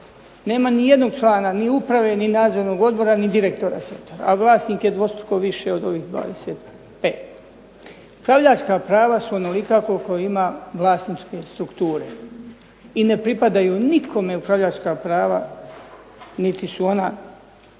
Nema ni jednog člana, ni uprave ni nadzornog odbora ni direktora, a vlasnik je dvostruko više od ovih 25. Upravljačka prava su onolika koliko ima vlasničke strukture i ne pripadaju nikome upravljačka prava niti su ona